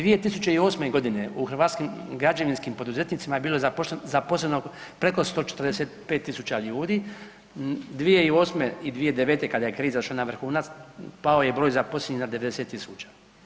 2008. g. u hrvatskim građevinskim poduzetnicima je bilo zaposleno preko 145 tisuća ljudi, 2008. i 2009. kada je kriza izašla na vrhunac pao je broj zaposlenih na 90 tisuća.